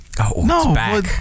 No